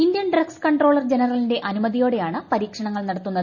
Indian drugs controller ജനറലിന്റെ അനുമതിയോടെയാണ് പരീക്ഷണങ്ങൾ നടത്തുന്നത്